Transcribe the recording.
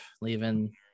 leaving